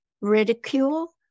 ridicule